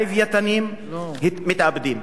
הלווייתנים מתאבדים,